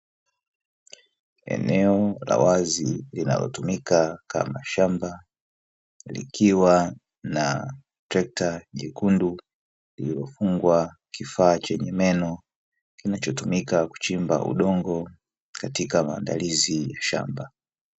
Eneo la wazi linalotumika kama shamba, likiwa na trekta jekundu lililofungwa kifaa chenye meno kinachotumika kuchimba udongo katika maandalizi ya shamba.